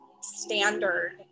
standard